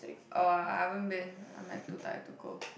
oh I haven't been I'm like too tired to go